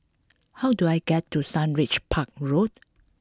how do I get to Sundridge Park Road